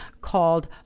called